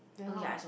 then how